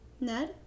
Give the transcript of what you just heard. Ned